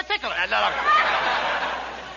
particular